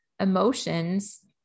emotions